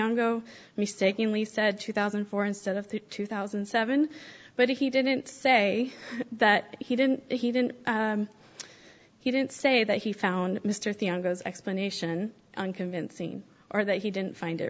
t go mistakenly said two thousand and four instead of two thousand and seven but he didn't say that he didn't he didn't he didn't say that he found mr theo goes explanation unconvincing or that he didn't find